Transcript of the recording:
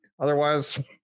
otherwise